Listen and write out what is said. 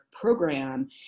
program